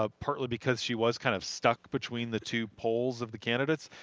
ah partly because she was kind of stuck between the two poles of the candidates.